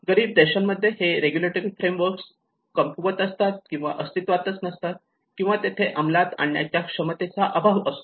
गरीब देशांमध्ये हे रेग्युलेटरी फ्रेमवर्क्स कमकुवत असतात किंवा अस्तित्वातच नसतात किंवा तिथे ते अंमलात आणण्याच्या क्षमतेचा अभाव असतो